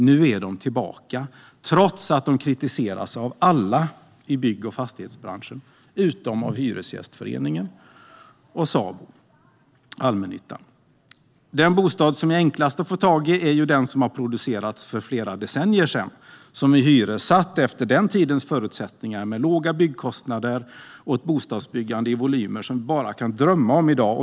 Nu är de tillbaka, trots att de kritiseras av alla i bygg och fastighetsbranschen, utom av Hyresgästföreningen och Sabo, allmännyttan. Den bostad som är enklast att få tag i är den som producerades för flera decennier sedan och som är hyressatt efter den tidens förutsättningar med låga byggkostnader och ett bostadsbyggande i volymer som vi bara kan drömma om i dag.